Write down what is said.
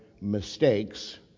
mistakes